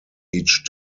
each